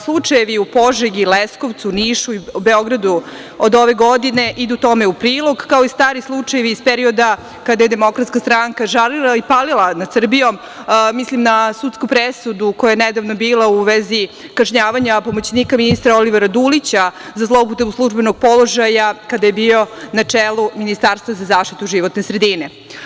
Slučajevi u Požegi, Leskovcu, Nišu i Beogradu od ove godine idu tome u prilog, kao i stari slučajevi iz perioda kada je DS žalila i palila nad Srbijom, mislim na sudsku presudu koja je nedavno bila u vezi kažnjavanja pomoćnika ministra Olivera Dulića za zloupotrebu službenog položaja kada je bio na čelu ministarstva za zaštitu životne sredina.